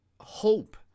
hope